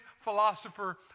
philosopher